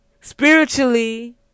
spiritually